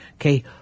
Okay